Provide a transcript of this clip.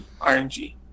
RNG